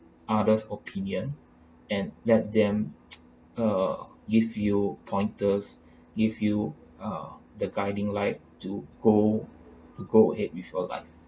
other's opinion and let them uh give you pointers give you uh the guiding light to go to go ahead with your life